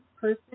person